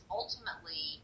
ultimately